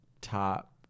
top